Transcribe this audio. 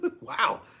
wow